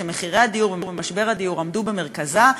שמחירי הדיור ומשבר הדיור עמדו במרכזה,